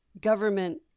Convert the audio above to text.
government